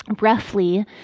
roughly